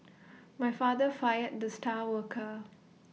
my father fired the star worker